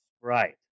right